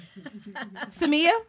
Samia